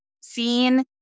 seen